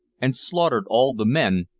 and slaughtered all the men,